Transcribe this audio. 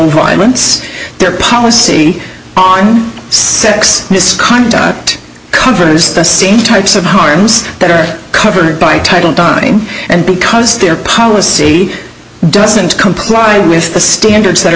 violence their policy on sex misconduct it covers the same types of harms that are covered by title di and because their policy doesn't comply with the standards that are